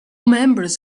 members